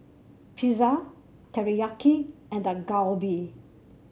pizza Teriyaki and Dak Galbi